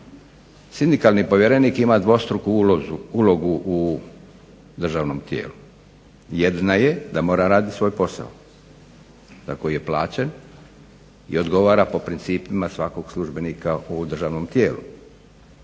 Sindikalni povjerenik ima dvostruku ulogu u državnom tijelu. Jedna je da mora raditi svoj posao za koji je plaćen i odgovara po principima svakog službenika u državnom tijelu.